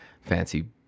fancy